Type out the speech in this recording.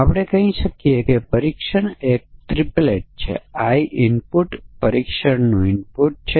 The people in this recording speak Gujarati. એક સામાન્ય જોખમ એ છે કે જે તમામ પ્રોગ્રામ્સમાં નિષ્ફળતાનું કારણ છે આ વિશેષ મૂલ્યનું નામ બાઉન્ડ્રી વેલ્યુ છે